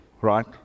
right